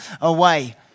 away